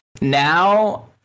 Now